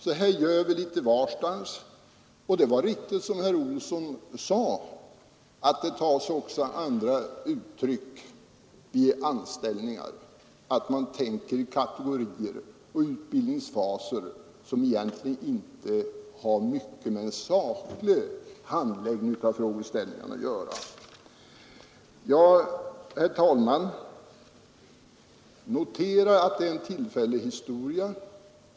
Så här sker det litet varstans som herr Olsson i Stockholm sade. Också på andra håll tänker man i kategorier när det gäller anställningar och utbildningsfaser, som egentligen inte har mycket med saklig handläggning av frågeställningarna att göra. Herr talman! Jag vill notera att detta är en tillfällig historia.